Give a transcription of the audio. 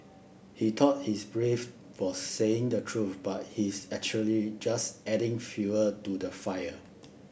he thought he's brave for saying the truth but he's actually just adding fuel to the fire